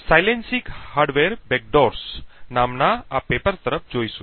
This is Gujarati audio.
સાઇલેન્સિંગ હાર્ડવેર બેકડોર્સ નામના આ પેપર તરફ જોશું